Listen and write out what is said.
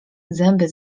zęby